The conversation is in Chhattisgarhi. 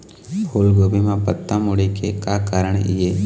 फूलगोभी म पत्ता मुड़े के का कारण ये?